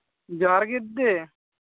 ᱡᱚᱦᱟᱨ ᱜᱮ ᱫᱤᱫᱤ